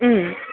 ம்